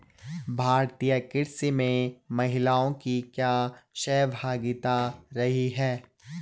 भारतीय कृषि में महिलाओं की क्या सहभागिता रही है?